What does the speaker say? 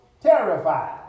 terrified